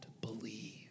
believe